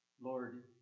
Lord